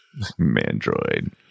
Mandroid